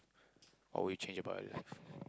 or would you change about your life